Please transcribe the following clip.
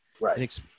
Right